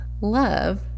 love